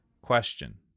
Question